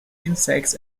insects